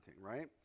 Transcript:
right